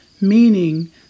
Meaning